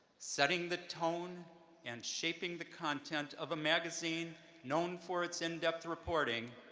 setting the tone and shaping the content of a magazine known for its in-depth reporting,